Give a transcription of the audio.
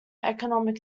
economic